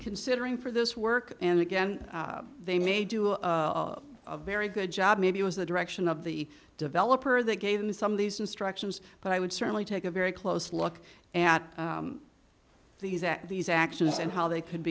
considering for this work and again they may do a very good job maybe it was the direction of the developer that gave them some of these instructions but i would certainly take a very close look at these at these actions and how they c